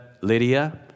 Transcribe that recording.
Lydia